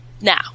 now